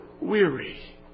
weary